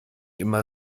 immer